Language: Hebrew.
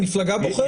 המפלגה בוחרת.